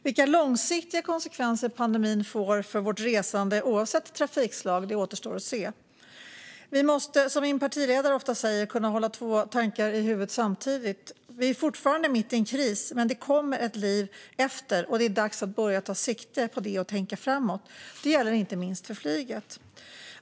Vilka långsiktiga konsekvenser pandemin får för vårt resande oavsett trafikslag återstår att se. Vi måste, som min partiledare ofta säger, kunna hålla två tankar i huvudet samtidigt. Vi är fortfarande mitt i en kris. Men det kommer ett liv efter den, och det är dags att börja ta sikte på det och tänka framåt. Det gäller inte minst för flyget.